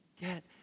get